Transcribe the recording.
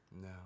No